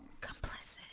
Complicit